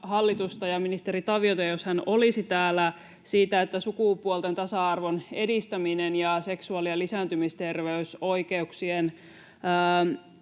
hallitusta — ja ministeri Taviota, jos hän olisi täällä — siitä, että sukupuolten tasa-arvon edistäminen ja seksuaali‑ ja lisääntymisterveysoikeuksien